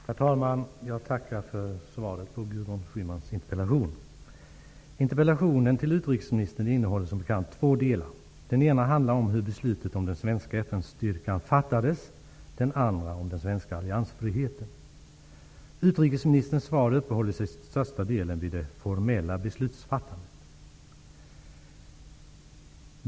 Herr talman! Jag tackar för svaret på Gudrun Interpellationen till utrikesministern innehåller som bekant två delar. Den ena handlar om hur beslutet om den svenska FN-styrkan fattades, den andra om den svenska alliansfriheten. Utrikesministerns svar uppehåller sig till största delen vid det formella beslutsfattandet.